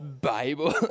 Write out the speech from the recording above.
Bible